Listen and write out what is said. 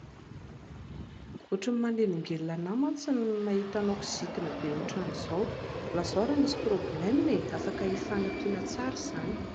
Ohatran'ny manelingelina be anahy mantsy ny mahita anao kizintina be ohatran'izao. Lazao raha misy problème e, afaka hifanampiana tsara izany.